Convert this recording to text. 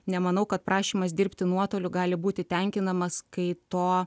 nemanau kad prašymas dirbti nuotoliu gali būti tenkinamas kai to